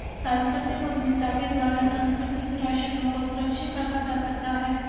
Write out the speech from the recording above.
सांस्कृतिक उद्यमिता के द्वारा सांस्कृतिक विरासतों को सुरक्षित रखा जा सकता है